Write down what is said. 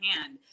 hand